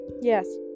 yes